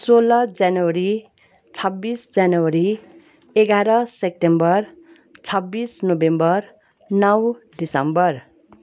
सोह्र जनवरी छब्बिस जनवरी एएघार सेप्टेम्बर छब्बिस नोभेम्बर नौ दिसम्बर